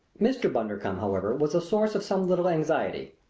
mr. bundercombe, however, was a source of some little anxiety.